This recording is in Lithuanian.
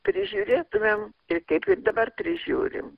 prižiūrėtumėm ir kaip ir dabar prižiūrim